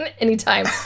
Anytime